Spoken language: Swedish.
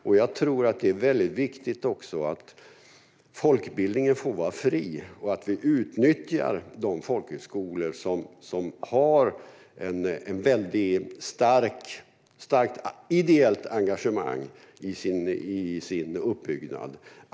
Jag tror att det är väldigt viktigt att folkbildningen får vara fri och att vi utnyttjar folkhögskolorna, som har ett väldigt starkt ideellt engagemang i sin uppbyggnad.